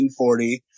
1940